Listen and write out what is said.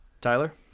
Tyler